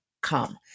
come